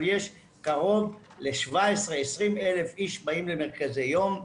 יש קרוב ל-20,000 איש שבאים למרכזי יום.